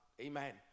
Amen